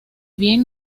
bien